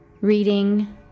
reading